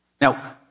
Now